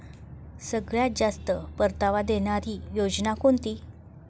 सगळ्यात जास्त परतावा देणारी योजना कोणती?